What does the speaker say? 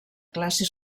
classe